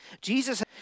Jesus